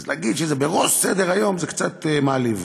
אז להגיד שזה בראש סדר-היום, זה קצת מעליב.